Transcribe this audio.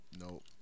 Nope